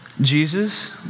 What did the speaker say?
Jesus